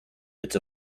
bits